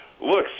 look